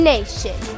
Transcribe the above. Nation